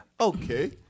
Okay